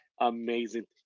amazing